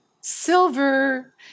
silver